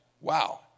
Wow